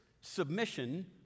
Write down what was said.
Submission